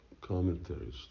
Commentaries